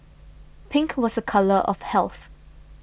pink was a colour of health